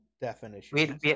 definition